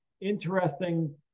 interesting